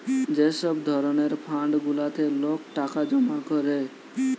যে সব ধরণের ফান্ড গুলাতে লোক টাকা জমা করে